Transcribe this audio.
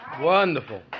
wonderful